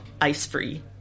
ice-free